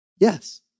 yes